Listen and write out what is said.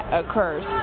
occurs